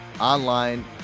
online